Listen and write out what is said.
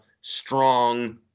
strong